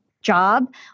Job